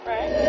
Right